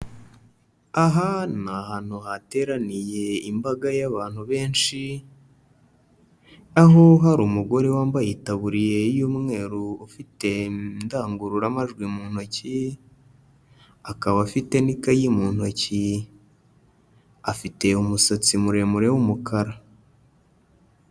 Aha ni ahantu hateraniye imbaga y'abantu benshi, aho hari umugore wambaye itaburiya y'umweru ufite indangururamajwi mu ntoki, akaba afite n'ikayi mu ntoki, afite umusatsi muremure w'umukara.